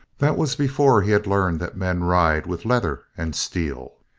that was before he had learned that men ride with leather and steel.